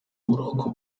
uburoko